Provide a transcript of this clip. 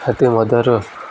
ଏଥି ମଧ୍ୟରୁ